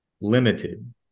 limited